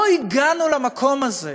לא הגענו למקום הזה.